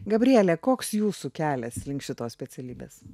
gabriele koks jūsų kelias link šitos specialybės